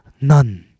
none